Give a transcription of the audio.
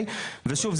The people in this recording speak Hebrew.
ושוב,